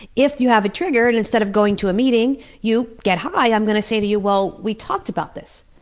if you have a trigger and instead of going to a meeting you get high, i'm going to say to you, well, we talked about this,